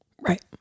Right